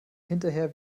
hinterher